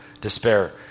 despair